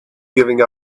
giving